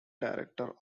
director